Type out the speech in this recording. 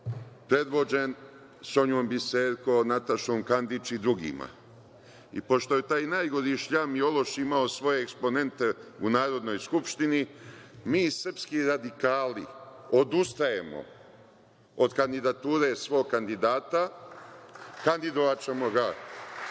predvođen Sonjom Biserkom, Natašom Kandić i drugima, i pošto je taj najgori šljam i ološ imao svoje eksponente u Narodnoj skupštini, mi, srpski radikali, odustajemo od kandidature svog kandidata. Kandidovaćemo ga